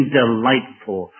delightful